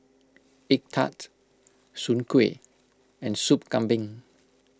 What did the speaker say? Egg Tart Soon Kway and Soup Kambing